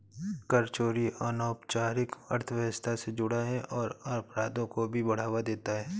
कर चोरी अनौपचारिक अर्थव्यवस्था से जुड़ा है और अपराधों को भी बढ़ावा देता है